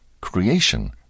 Creation